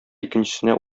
икенчесенә